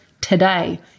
today